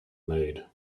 made